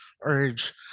urge